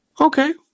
okay